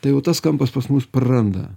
tai jau tas kampas pas mus praranda